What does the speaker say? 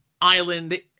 Island